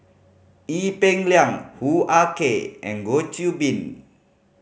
Ee Peng Liang Hoo Ah Kay and Goh Qiu Bin